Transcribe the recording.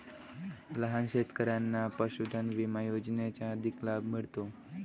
लहान शेतकऱ्यांना पशुधन विमा योजनेचा अधिक लाभ मिळतो